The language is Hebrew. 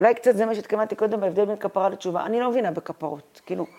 אולי קצת זה מה שהתכוונתי קודם, ההבדל בין כפרה לתשובה. אני לא מבינה בכפרות, כאילו.